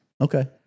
Okay